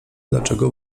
dlaczego